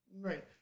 Right